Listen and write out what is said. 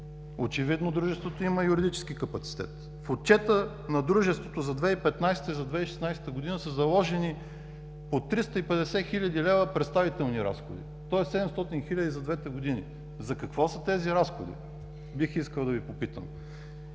Очевидно дружеството има юридически капацитет. В Отчета на дружеството за 2015 г. и за 2016 г. са заложени по 350 хил. лв. представителни разходи, тоест 700 хиляди за двете години. За какво са тези разходи, бих искал да Ви попитам?